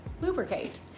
lubricate